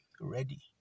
ready